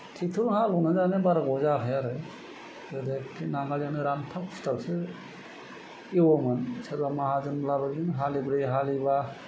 tractor जों हालेवना जानाया बारा गोबाव जायाखै आरो गोदो नांगोलजोंनो रानथाब खुथाबसो एवोमोन सोरबा माहाजोनब्लाबो बिदिनो हालिब्रै हालिबा